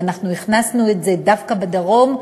ואנחנו הכנסנו את זה דווקא בדרום,